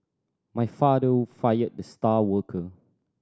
my father fired the star worker